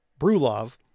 brulov